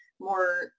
more